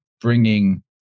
bringing